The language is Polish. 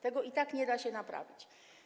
Tego i tak nie da się naprawić.